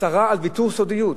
הצהרה על ויתור סודיות,